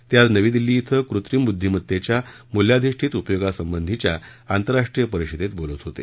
ते आज नवी दिल्ली इथं कृत्रिम बुद्धिमत्तेच्या मूल्याधिष्ठित उपयोगासंबंधीच्या आंतरराष्ट्रीय परिषदेत बोलत होते